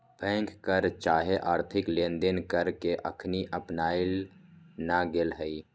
bank कर चाहे आर्थिक लेनदेन कर के अखनी अपनायल न गेल हइ